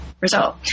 result